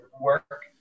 work